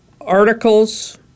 Articles